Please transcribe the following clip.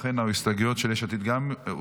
לכן, ההסתייגויות של יש עתיד גם הורדו.